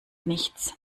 nichts